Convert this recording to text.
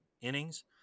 innings